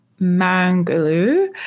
Mangaloo